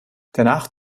danach